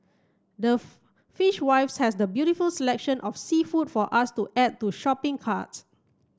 the fishwives has the beautiful selection of seafood for us to add to shopping cart